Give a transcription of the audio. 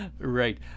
right